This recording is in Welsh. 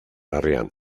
arian